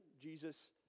Jesus